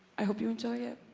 i hope you enjoy it.